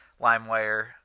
LimeWire